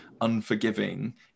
unforgiving